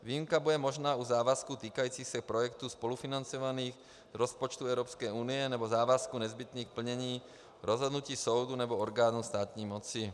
Výjimka bude možná u závazků týkajících se projektů spolufinancovaných z rozpočtu Evropské unie nebo závazků nezbytných k plnění rozhodnutí soudů nebo orgánů státní moci.